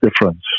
difference